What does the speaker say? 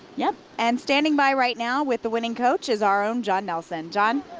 yeah and standing by right now with the winning coach is our own john nelson. john?